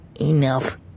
enough